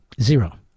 zero